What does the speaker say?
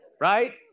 right